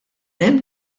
hemm